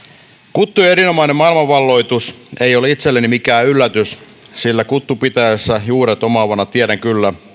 kuttujen erinomainen maailmanvalloitus ei ole itselleni mikään yllätys sillä kuttupitäjässä juuret omaavana tiedän kyllä